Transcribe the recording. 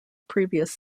previous